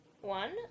one